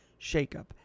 shakeup